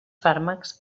fàrmacs